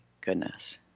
goodness